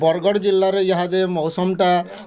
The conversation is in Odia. ବରଗଡ଼ ଜିଲ୍ଲାରେ ଇହାଦେ ମୌସମ୍ଟା